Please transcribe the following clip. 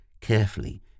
carefully